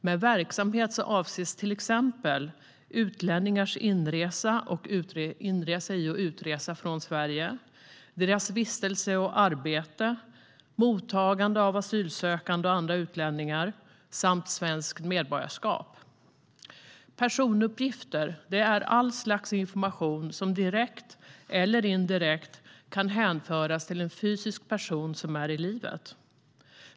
Med verksamhet avses till exempel utlänningars inresa i och utresa från Sverige, deras vistelse och arbete, mottagande av asylsökande och andra utlänningar samt svenskt medborgarskap. Personuppgifter är all slags information som direkt eller indirekt kan hänföras till en fysisk person som är i livet.